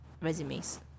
resumes